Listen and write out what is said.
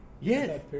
Yes